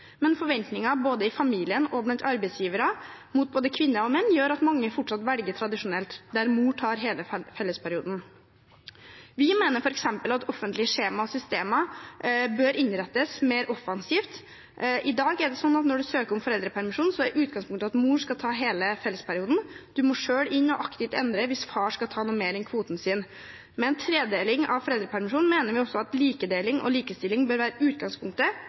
Men forventninger både i familien og blant arbeidsgivere til både kvinner og menn gjør at mange fortsatt velger tradisjonelt, der mor tar hele fellesperioden. Vi mener at f.eks. offentlige skjemaer og systemer bør innrettes mer offensivt. I dag er det sånn at når en søker om foreldrepermisjon, er utgangspunktet at mor skal ta hele fellesperioden. En må selv inn og aktivt endre hvis far skal ta mer enn kvoten sin. Med en tredeling av foreldrepermisjonen mener vi også at likedeling og likestilling bør være utgangspunktet,